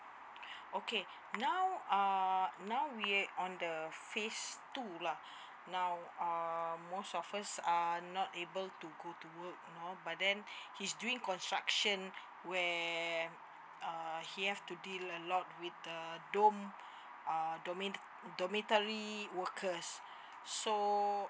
okay now uh now we're on the phase two lah now uh most of us are not able to go to work you know but then he's doing construction where uh he have to deal a lot with the dom~ uh domain dormitory workers so